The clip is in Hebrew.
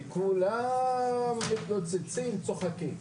וכולם מתפוצצים וצוחקים.